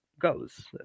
goes